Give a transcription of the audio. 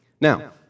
Now